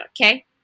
okay